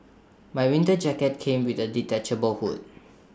my winter jacket came with A detachable hood